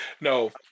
no